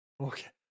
Okay